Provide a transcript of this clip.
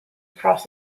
across